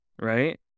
right